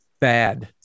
bad